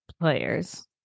players